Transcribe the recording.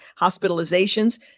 hospitalizations